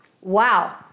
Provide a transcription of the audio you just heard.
Wow